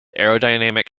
aerodynamic